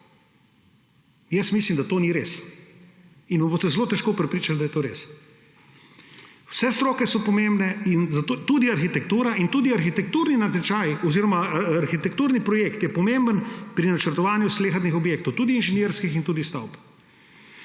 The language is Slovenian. Jaz mislim, da to ni res, in me boste zelo težko prepričali, da je to res. Vse stroke so pomembne, tudi arhitektura, in tudi arhitekturni projekt je pomemben pri načrtovanju slehernih objektov, tudi inženirskih in tudi stavb.